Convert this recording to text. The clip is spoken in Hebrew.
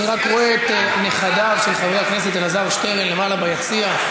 אני רואה את נכדיו של חבר הכנסת אלעזר שטרן למעלה ביציע.